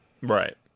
Right